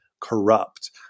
corrupt